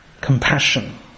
Compassion